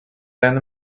then